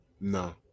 No